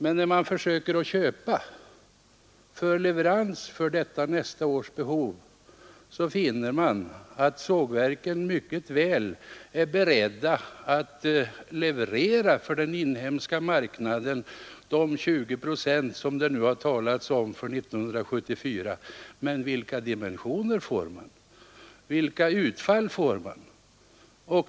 Men när man försöker att köpa för leverans nästa år finner man att sågverken visserligen är beredda att för den inhemska marknaden leverera de 20 procent som det nu har talats om för 1974 — men vilka dimensioner får man? Vilka utfall får man?